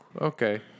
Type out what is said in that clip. okay